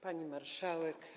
Pani Marszałek!